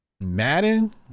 Madden